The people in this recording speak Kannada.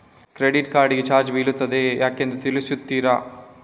ಕ್ರೆಡಿಟ್ ಕಾರ್ಡ್ ಗೆ ಚಾರ್ಜ್ ಬೀಳ್ತಿದೆ ಯಾಕೆಂದು ತಿಳಿಸುತ್ತೀರಾ?